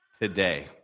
today